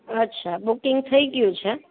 અચ્છા બુકિંગ થઈ ગયું છે